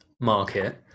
market